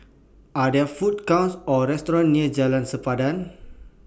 Are There Food Courts Or restaurants near Jalan Sempadan